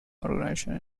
organization